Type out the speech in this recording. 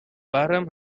barham